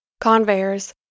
conveyors